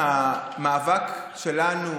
המאבק שלנו